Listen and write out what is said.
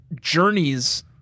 journeys